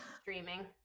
streaming